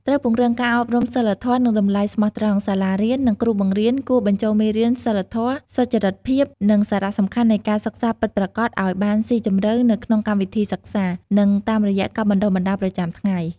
ត្រូវពង្រឹងការអប់រំសីលធម៌ និងតម្លៃស្មោះត្រង់ សាលារៀន និងគ្រូបង្រៀនគួរបញ្ចូលមេរៀនសីលធម៌ សុចរិតភាព និងសារៈសំខាន់នៃការសិក្សាពិតប្រាកដឱ្យបានស៊ីជម្រៅនៅក្នុងកម្មវិធីសិក្សា និងតាមរយៈការបណ្ដុះបណ្ដាលប្រចាំថ្ងៃ។